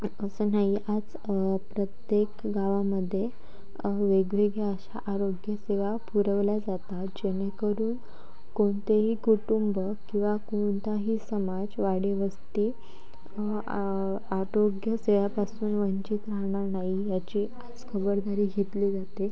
आत्ताचं नाही आज प्रत्येक गावामध्ये वेगवेगळ्या अशा आरोग्यसेवा पुरवल्या जातात जेणेकरून कोणतेही कुटुंब किवा कोणताही समाज वाडी वस्ती आरोग्यसेवापासून वंचित राहणार नाही याची खबरदारी घेतली जाते